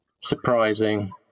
surprising